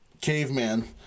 caveman